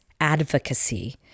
advocacy